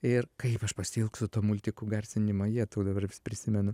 ir kaip aš pasiilgstu to multikų garsinimo jetau dabar prisimenu